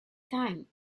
time